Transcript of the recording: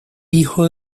hijo